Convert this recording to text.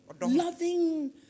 Loving